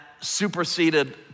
superseded